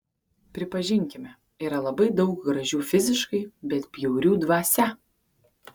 pripažinkime yra labai daug gražių fiziškai bet bjaurių dvasia